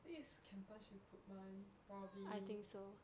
this is campus recruitment probably